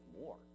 more